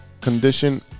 condition